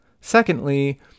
Secondly